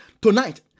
tonight